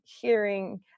hearing